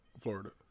Florida